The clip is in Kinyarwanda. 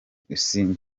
mfise